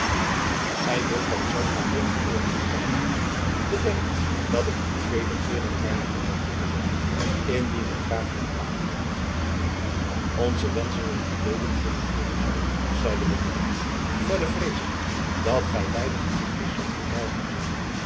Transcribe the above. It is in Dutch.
gij wilt dan zelfs mijn bondgenoot niet blijven bedenk dat ik u wederkeerig mijne hulp heb toegezegd indien de graaf u aanvalt onze wenschen en gebeden zullen voor u zijn zeide de monnik verder vrees ik dat gij weinig in friesland verkrijgen zult